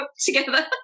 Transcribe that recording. together